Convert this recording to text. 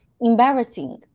embarrassing